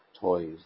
toys